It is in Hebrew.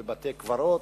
בבתי-קברות?